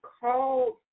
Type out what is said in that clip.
called